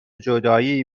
جدایی